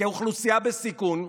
כאוכלוסייה בסיכון,